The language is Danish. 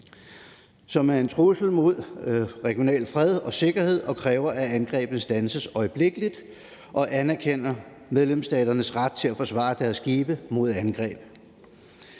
som er en trussel mod regional fred og sikkerhed, kræver, at angrebene standses øjeblikkeligt, og anerkender medlemsstaternes ret til at forsvare deres skibe mod angreb.